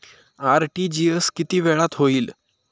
RTGS किती वेळात होईल?